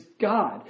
God